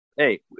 hey